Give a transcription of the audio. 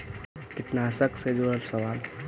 कीटनाशक से जुड़ल सवाल?